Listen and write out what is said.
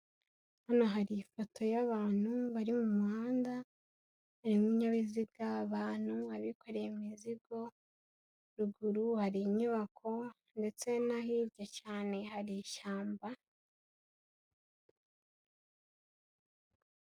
Hano hari ifoto y'abantu bari mu muhanda, harimo ibinyabiziga, abantu, abikoreye muzigo, ruguru hari inyubako ndetse no hirya cyane hari ishyamba.